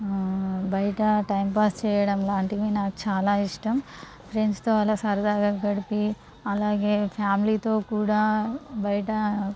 బయట టైంపాస్ చేయడం లాంటివి నాకు చాలా ఇష్టం ఫ్రెండ్స్తో అలా సరదాగా గడిపి అలాగే ఫ్యామిలీతో కూడా బయట